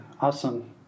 awesome